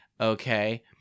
okay